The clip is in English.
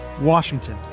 Washington